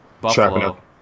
Buffalo